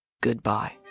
goodbye